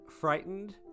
frightened